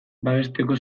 babesteko